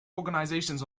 organizations